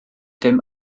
dim